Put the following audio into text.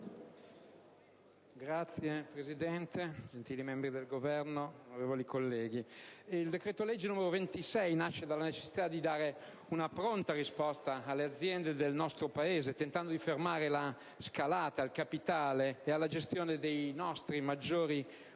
Signora Presidente, gentili membri del Governo, onorevoli colleghi, il decreto-legge n. 26 nasce dalla necessità di dare una pronta risposta alle aziende del nostro Paese, nel tentativo di fermare la scalata al capitale e alla gestione dei nostri maggiori